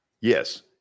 Yes